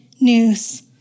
news